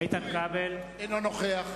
אינו נוכח